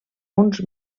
uns